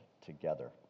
together